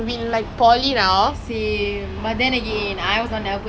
I wish I could have done bet like studied better in O-levels and like you know